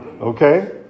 Okay